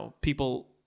people